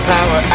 Power